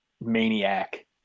maniac